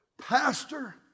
pastor